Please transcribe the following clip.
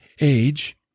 age